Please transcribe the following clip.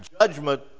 judgment